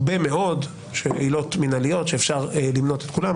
הרבה מאוד עילות מינהליות שאפשר למנות את כולן,